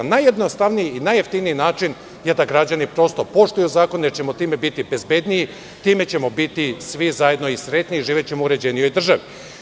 Najjednostavniji i najjeftiniji način je da građani prosto poštuju zakone, jer ćemo time biti bezbedniji, time ćemo biti svi zajedno srećniji, živećemo u uređenijoj državi.